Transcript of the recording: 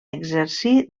exercir